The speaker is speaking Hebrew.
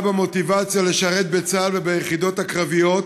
במוטיבציה לשרת בצה"ל וביחידות הקרביות,